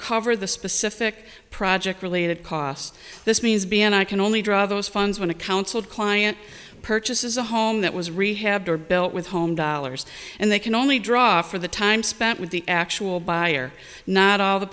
cover the specific project related costs this means be and i can only draw those funds when a council client purchases a home that was rehabbed or built with home dollars and they can only draw for the time spent with the actual buyer not all the